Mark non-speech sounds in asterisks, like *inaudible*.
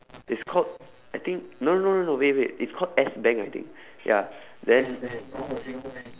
it's called I think no no no no wait wait it's called S bank I think *breath* ya then